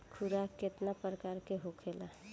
खुराक केतना प्रकार के होखेला?